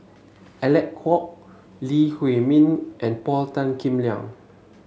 Alec Kuok Lee Huei Min and Paul Tan Kim Liang